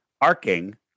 arcing